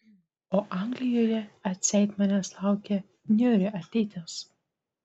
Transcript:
o anglijoje atseit manęs laukia niūri ateitis